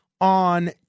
on